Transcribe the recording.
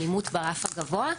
אלימות ברף הגבוה.